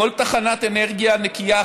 לכל תחנת אנרגיה נקייה,